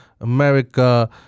America